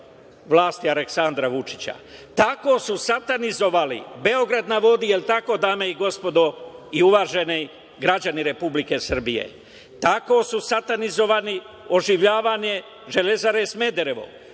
vlasti Aleksandra Vučića. Tako su satanizovali "Beograd na vodi". Da li je tako dame i gospodo i uvaženi građani Republike Srbije? Tako su satanizovali oživljavanje "Železare Smederevo".